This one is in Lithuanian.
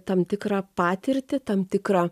tam tikrą patirtį tam tikrą